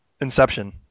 Inception